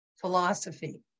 philosophy